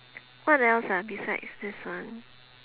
what else ah besides this one